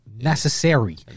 Necessary